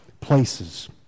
places